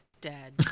dead